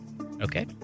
Okay